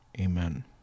Amen